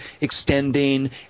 extending